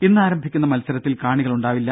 ഇന്നാരംഭിക്കുന്ന മത്സരത്തിൽ കാണികളുണ്ടാകില്ല